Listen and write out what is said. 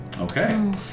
Okay